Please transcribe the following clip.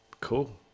Cool